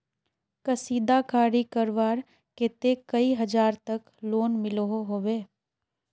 कशीदाकारी करवार केते कई हजार तक लोन मिलोहो होबे?